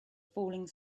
falling